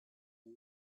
new